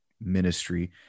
ministry